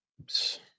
Oops